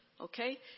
okay